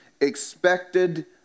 Expected